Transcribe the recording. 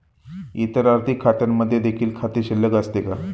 इतर आर्थिक खात्यांमध्ये देखील खाते शिल्लक असते का?